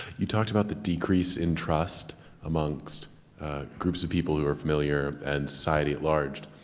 you talked about the decrease in trust amongst groups of people who are familiar and society at large.